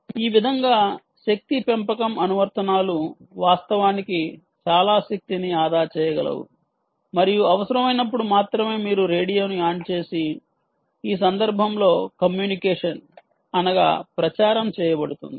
ఈ విధంగా శక్తి పెంపకం అనువర్తనాలు వాస్తవానికి చాలా శక్తిని ఆదా చేయగలవు మరియు అవసరమైనప్పుడు మాత్రమే మీరు రేడియోను ఆన్ చేసి ఈ సందర్భంలో కమ్యూనికేషన్ అనగా ప్రచారం చేయబడుతుంది